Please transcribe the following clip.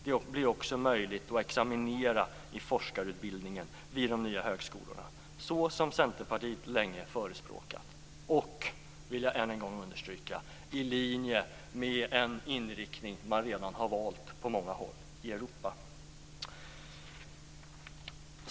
Det blir också möjligt att examinera i forskarutbildningen vid de nya högskolorna, på det sätt som Centerpartiet länge förespråkat, vilket - detta vill jag än en gång understryka - är i linje med en inriktning som man redan på många håll har valt i Europa.